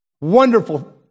wonderful